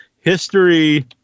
history